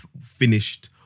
finished